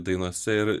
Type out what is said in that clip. dainose ir